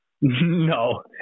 No